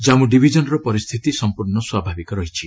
ଜନ୍ମୁ ଡିଭିଜନ୍ର ପରିସ୍ଥିତି ସମ୍ପର୍ଣ୍ଣ ସ୍ୱାଭାବିକ ରହିଛି